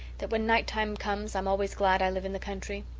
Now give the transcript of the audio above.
that when night-time comes i'm always glad i live in the country.